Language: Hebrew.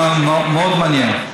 מאוד מעניין.